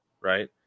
right